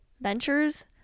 ventures